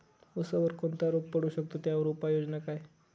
ऊसावर कोणता रोग पडू शकतो, त्यावर उपाययोजना काय?